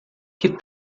que